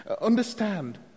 Understand